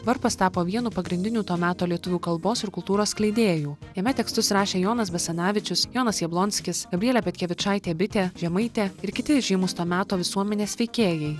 varpas tapo vienu pagrindiniu to meto lietuvių kalbos ir kultūros skleidėju jame tekstus rašė jonas basanavičius jonas jablonskis gabrielė petkevičaitė bitė žemaitė ir kiti įžymūs to meto visuomenės veikėjai